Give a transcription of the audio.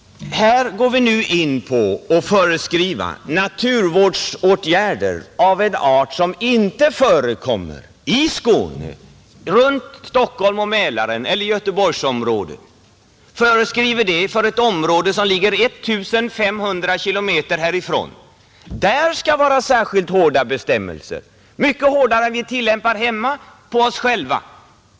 Här går man nu in på att föreskriva naturvårdsåtgärder av en art, som inte förekommer i Skåne, runt Stockholm och Mälaren eller i Göteborgsområdet, för ett område som ligger 1 500 km härifrån. Där skall det vara särskilt hårda bestämmelser, mycket hårdare än vi tillämpar hemma hos oss själva.